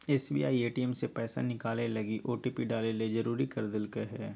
SBI ATM से पैसा निकलैय लगी ओटिपी डाले ले जरुरी कर देल कय हें